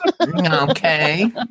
okay